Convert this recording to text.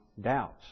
doubts